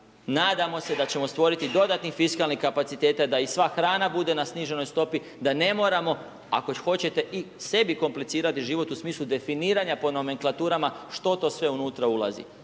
nadamo se da ćemo stvoriti dodatni fiskalnih kapaciteta da i sva hrana bude na sniženoj stopi, da ne moramo, ako već hoćete i sebi komplicirati život u smislu definiranja po nomenklaturama što to sve unutra ulazi.